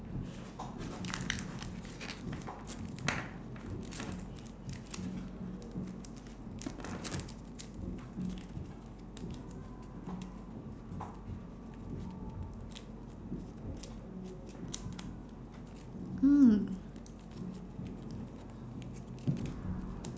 hmm